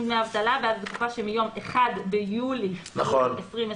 דמי אבטלה בעד תקופה שמיום 1 ביולי 2020 -- נכון.